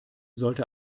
sollte